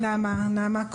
כהן.